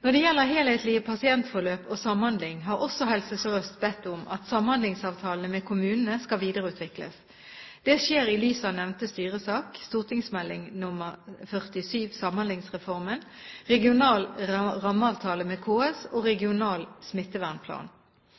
Når det gjelder helhetlige pasientforløp og samhandling, har også Helse Sør-Øst bedt om at samhandlingsavtalene med kommunene skal videreutvikles. Det skjer i lys av nevnte styresak, St.meld. nr. 47 for 2008–2009 Samhandlingsreformen, regional rammeavtale med KS og regional smittevernplan.